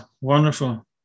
wonderful